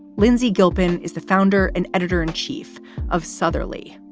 lindsay gilpin is the founder and editor in chief of southern li,